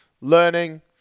learning